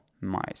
mice